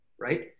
right